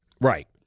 Right